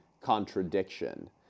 contradiction